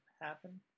happen